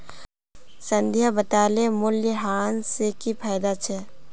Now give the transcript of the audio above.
संध्या बताले मूल्यह्रास स की फायदा छेक